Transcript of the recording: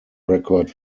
record